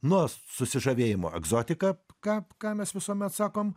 nuo susižavėjimo egzotika ką ką mes visuomet sakom